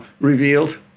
revealed